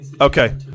okay